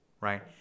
right